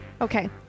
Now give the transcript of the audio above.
Okay